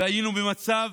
היינו במצב